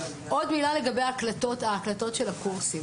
עוד מילה לגבי הקלטות של הקורסים.